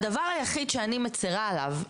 הדבר היחיד שאני מצרה עליו,